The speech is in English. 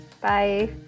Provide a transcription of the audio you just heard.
Bye